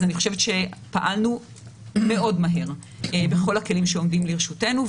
אז אני חושבת שפעלנו מאוד מהר בכל הכלים שעומדים לרשותנו,